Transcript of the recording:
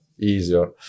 easier